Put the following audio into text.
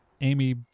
Amy